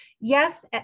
Yes